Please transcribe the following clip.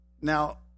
Now